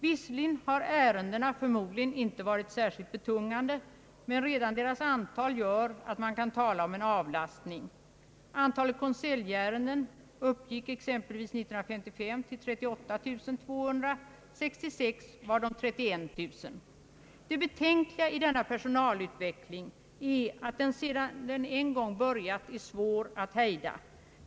Visserligen har ärendena förmodligen inte varit särskilt betungande, men redan deras antal gör att man kan tala om en avlastning för kanslihuset. Antalet konseljärenden uppgick exempelvis år 1955 till 38 200, år 1966 var de 31 000. Det betänkliga i denna personalutveckling är att den, sedan den en gång börjat, är svår att hejda.